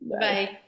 Bye